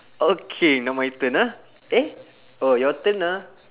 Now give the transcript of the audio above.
okay now my turn ah eh oh your turn ah